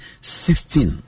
sixteen